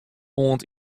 oant